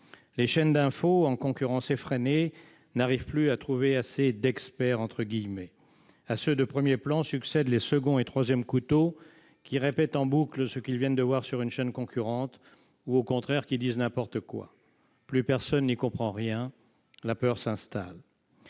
Les chaînes d'information, en concurrence effrénée, n'arrivent plus à trouver assez d'« experts ». À ceux de premier plan succèdent les deuxièmes et troisièmes couteaux, qui répètent en boucle ce qu'ils viennent de voir sur une chaîne concurrente ou disent n'importe quoi. Plus personne n'y comprend rien, la peur s'installe.